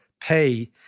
pay